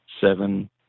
seven